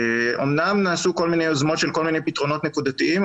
אמנם נעשו כל מיני יוזמות של כל מיני פתרונות נקודתיים,